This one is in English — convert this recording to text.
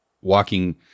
walking